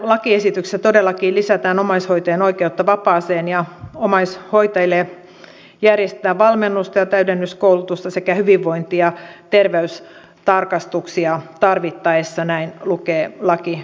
tässä lakiesityksessä todellakin lisätään omaishoitajien oikeutta vapaaseen ja omaishoitajille järjestetään valmennusta ja täydennyskoulutusta sekä hyvinvointi ja terveystarkastuksia tarvittaessa näin lukee lakiesityksessä